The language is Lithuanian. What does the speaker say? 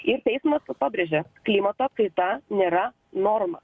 ir teismas pabrėžė klimato kaita nėra norma